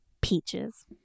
Peaches